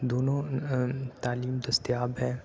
دونوں تعلیم دستیاب ہے